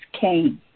came